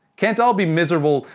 can't all be miserable,